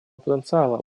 потенциала